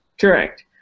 Correct